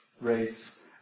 race